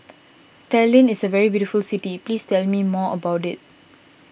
Tallinn is a very beautiful city please tell me more about it